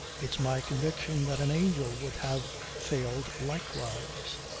it's my conviction that an angel would have failed likewise.